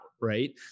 right